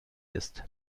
ist